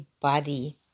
body